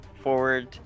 forward